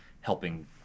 helping